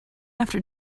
after